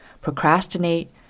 procrastinate